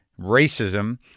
racism